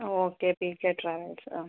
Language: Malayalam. ഓക്കെ പി കെ ട്രാവൽസ് ആ